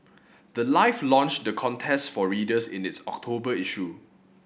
the life launched the contest for readers in its October issue